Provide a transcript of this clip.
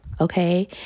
Okay